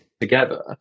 together